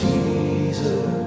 Jesus